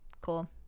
Cool